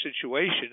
situation